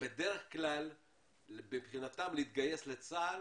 בדרך כלל מבחינתם להתגייס לצה"ל